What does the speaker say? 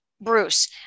Bruce